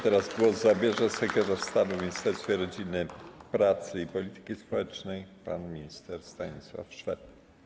Teraz głos zabierze sekretarz stanu w Ministerstwie Rodziny, Pracy i Polityki Społecznej pan minister Stanisław Szwed.